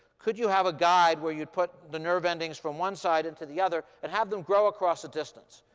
could you have a guide where you'd put the nerve endings from one side into the other and have them grow across a distance?